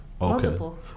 Multiple